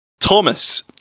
Thomas